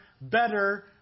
better